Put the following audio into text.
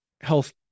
health